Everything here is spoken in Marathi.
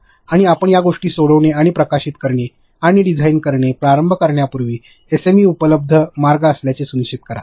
आणि आपण या गोष्टी सोडविणे आणि प्रकाशित करणे आणि डिझाइन करणे प्रारंभ करण्यापूर्वी एसएमई उपलब्ध मार्ग असल्याचे सुनिश्चित करा